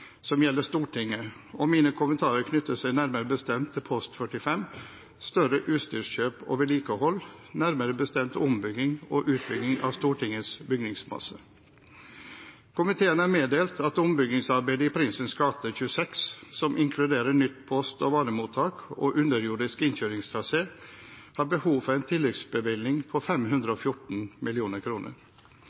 som gjelder Stortinget, og mine kommentarer knytter seg nærmere bestemt til post 45 Større utstyrskjøp og vedlikehold, nærmere bestemt ombygging og utviding av Stortingets bygningsmasse. Komiteen er meddelt at ombyggingsarbeidet i Prinsens gate 26, som inkluderer nytt post- og varemottak og underjordisk innkjøringstrasé, har behov for en tilleggsbevilgning på 514